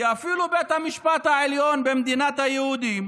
כי אפילו בית המשפט העליון במדינת היהודים